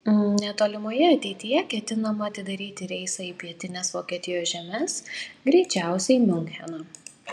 netolimoje ateityje ketinama atidaryti reisą į pietines vokietijos žemes greičiausiai miuncheną